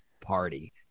party